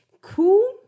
cool